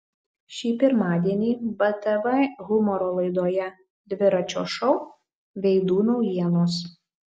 šį pirmadienį btv humoro laidoje dviračio šou veidų naujienos